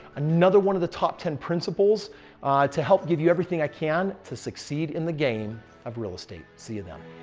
another one of the top ten principles to help give you everything i can to succeed in the game of real estate. see you then.